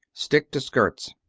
stick to skirts.